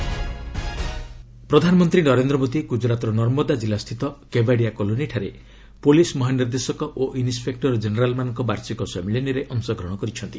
PM Gujarat visit ପ୍ରଧାନମନ୍ତ୍ରୀ ନରେନ୍ଦ୍ର ମୋଦି ଗୁଜରାଟର ନର୍ମଦା ଜିଲ୍ଲା ସ୍ଥିତ କେବାଡ଼ିଆ କଲୋନୀଠାରେ ପୁଲିସ୍ ମହାନିର୍ଦ୍ଦେଶକ ଓ ଇନ୍ସପେକ୍ଟର ଜେନେରାଲ୍ମାନଙ୍କ ବାର୍ଷିକ ସମ୍ମିଳନୀରେ ଅଂଶଗ୍ରହଣ କରିଛନ୍ତି